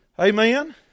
Amen